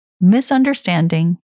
misunderstanding